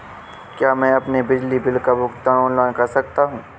क्या मैं अपने बिजली बिल का भुगतान ऑनलाइन कर सकता हूँ?